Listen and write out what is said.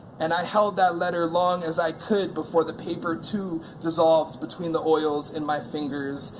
and i held that letter long as i could before the paper too dissolved between the oils in my fingers,